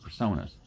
personas